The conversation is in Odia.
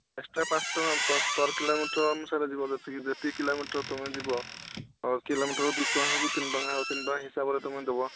ଏକ୍ସଟ୍ରା ପାଞ୍ଚଟଙ୍କା ପର୍ ପର୍ କିଲୋମିଟର୍ ଅନୁସାରେ ଯିବ ଯେତିକି ଯେତିକି କିଲୋମିଟର୍ ତୁମେ ଯିବ କିଲୋମିଟରକୁ ଦୁଇଟଙ୍କା ହେଉ କି ତିନିଟଙ୍କା ହେଉ ତିନିଟଙ୍କା ହିସାବରେ ତୁମେ ଦେବ